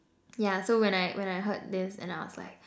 yeah so when I when I heard this and I was like